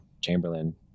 Chamberlain